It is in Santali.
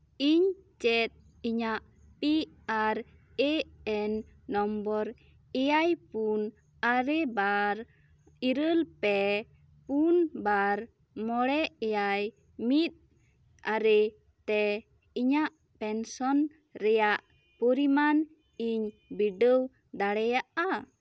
ᱤᱧ ᱪᱮᱫ ᱤᱧᱟᱜ P R A N number ᱮᱭᱟᱭ ᱯᱩᱱ ᱟᱨᱮ ᱵᱟᱨ ᱤᱨᱟᱹᱞ ᱯᱮ ᱯᱩᱱ ᱵᱟᱨ ᱢᱚᱬᱮ ᱮᱭᱟᱭ ᱢᱤᱫ ᱟᱨᱮ ᱛᱮ ᱤᱧᱟᱜ ᱯᱮᱱᱥᱚᱱ ᱨᱮᱭᱟᱜ ᱯᱚᱨᱤᱢᱟᱱ ᱤᱧ ᱵᱤᱰᱟᱹᱣ ᱫᱟᱲᱮᱭᱟᱜᱼᱟ